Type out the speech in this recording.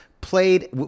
played